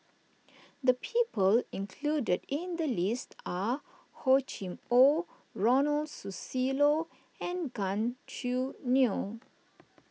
the people included in the list are Hor Chim or Ronald Susilo and Gan Choo Neo